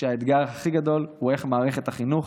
שהאתגר הכי גדול הוא איך מערכת החינוך